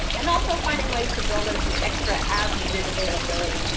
and also finding ways to build in some extra as-needed availability,